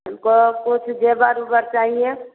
हमको कुछ ज़ेवर उवर चाहिए